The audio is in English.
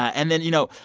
and then, you know,